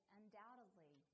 undoubtedly